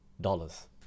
dollars